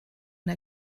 der